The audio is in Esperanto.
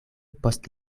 post